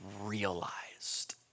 realized